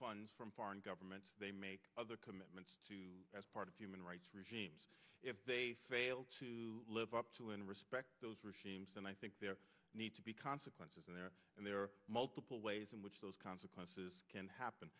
funds from foreign governments they make other commitments to as part of human rights regimes if they fail to live up to and respect those regimes and i think there need to be consequences in there and there are multiple ways in which those consequences can happen